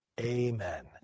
Amen